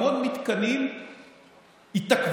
והמון מתקנים התעכבו.